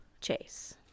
chase